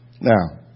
Now